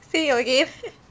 see again